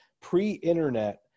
pre-internet